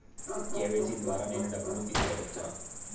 KYC ద్వారా నేను డబ్బును తీసుకోవచ్చా?